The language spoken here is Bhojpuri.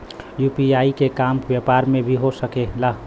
यू.पी.आई के काम व्यापार में भी हो सके ला?